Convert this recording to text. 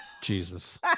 Jesus